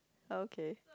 okay